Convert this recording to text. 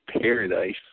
Paradise